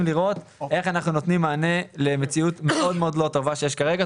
לראות איך אנחנו נותנים מענה למציאות מאוד מאוד לא טובה שיש כרגע.